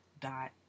dot